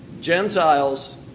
Gentiles